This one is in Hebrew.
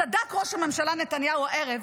צדק ראש הממשלה נתניהו הערב